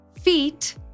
Feet